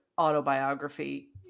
autobiography